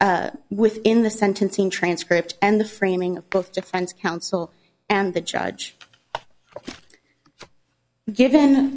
within the sentencing transcript and the framing of the defense counsel and the judge given